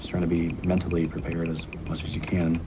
trying to be mentally prepared as much as you can